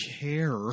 care